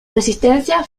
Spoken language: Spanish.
resistencia